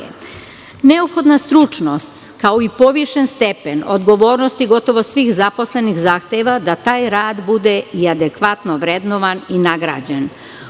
snage. Neophodna stručnost, kao i povišen stepen odgovornosti gotovo svih zaposlenih zahteva da taj rad bude i adekvatno vrednovan i nagrađen.